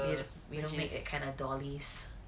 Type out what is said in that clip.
yes and make that kinda dolly's